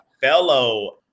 fellow